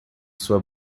sua